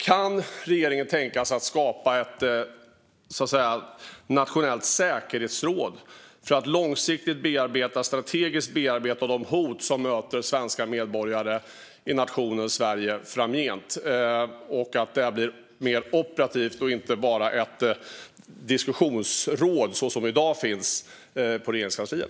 Kan regeringen tänka sig att skapa ett nationellt säkerhetsråd för att långsiktigt och strategiskt bearbeta de hot som svenska medborgare möter i nationen Sverige framgent, ett råd som blir mer operativt och inte bara ett diskussionsråd som det som i dag finns på Regeringskansliet?